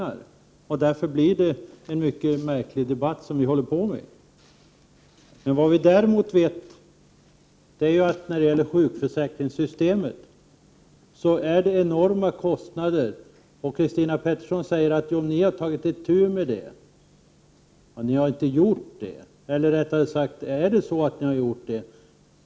Därför blir debatten mycket märklig. Däremot vet vi att sjukförsäkringssystemet är förenat med enorma kostnader. Christina Pettersson säger att ni socialdemokrater har tagit itu med den saken. Men då vill jag säga: Har ni verkligen gjort det?